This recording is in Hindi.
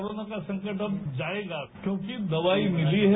कोरोना संकट अब जाएगा क्योंकि दवाई मिली है